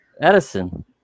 Edison